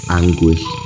anguish